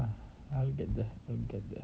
but I'll get there I'll get the